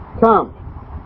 come